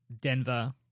Denver